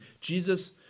Jesus